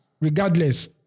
regardless